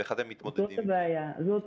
איך אתם מתמודדים עם זה?